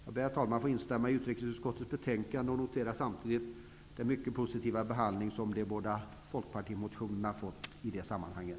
Jag instämmer i hemställan i utrikesutskottes betänkande och noterar samtidigt den mycket positiva behandling som de båda folkpartimotionerna fått i sammanhanget.